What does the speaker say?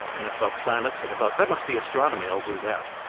and i thought planets, and i thought, that must be astronomy. i'll do that.